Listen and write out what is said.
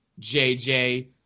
JJ